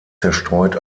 zerstreut